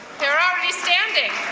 they're already standing.